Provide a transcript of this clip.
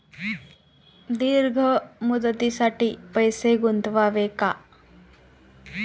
दीर्घ मुदतीसाठी पैसे गुंतवावे का?